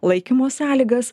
laikymo sąlygas